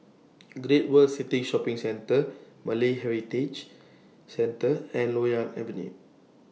Great World City Shopping Centre Malay Heritage Centre and Loyang Avenue